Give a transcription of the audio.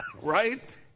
Right